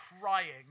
crying